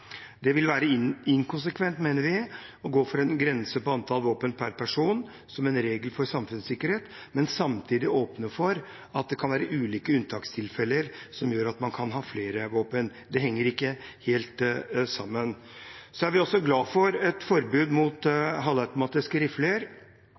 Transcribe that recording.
Det vil være inkonsekvent, mener vi, å gå for en grense på antall våpen per person som en regel for samfunnssikkerhet, men samtidig åpne for at det kan være ulike unntakstilfeller som gjør at man kan ha flere våpen. Det henger ikke helt sammen. Så er vi også glad for et forbud mot